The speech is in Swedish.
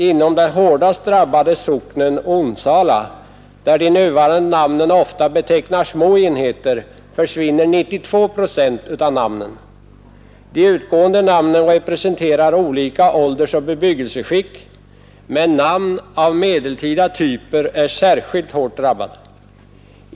Inom den hårdast drabbade socknen, Onsala, där de nuvarande namnen ofta betecknar små enheter, försvinner 92 procent av namnen. De utgående namnen representerar olika åldersoch bebyggelseskikt, men namn av medeltida typer är särskilt hårt drabbade.